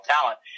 talent